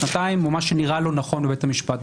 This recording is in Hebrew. שנתיים או מה שנראה לו נכון בבית המשפט,